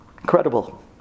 Incredible